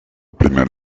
primer